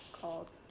called